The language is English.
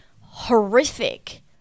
horrific